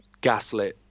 gaslit